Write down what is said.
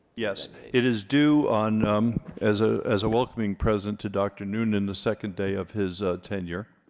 yeah so it is due on um as ah as a welcoming present to dr. noonan the second day of his tenure.